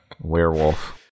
werewolf